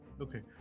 Okay